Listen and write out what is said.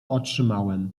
otrzymałem